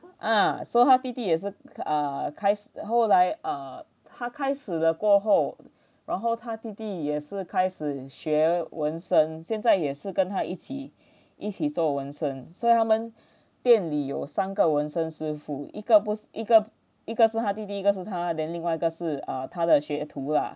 ah so 他弟弟也是 err 开始后来 err 他开始了过后然后他弟弟也是开始学纹身现在也是跟他一起一起做纹身所以他们店里有三个纹身师傅一个不是一个一个是他弟弟一个是他的另外一个是啊他的学徒啊